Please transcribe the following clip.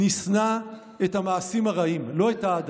נשנא את המעשים הרעים, לא את האדם.